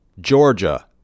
Georgia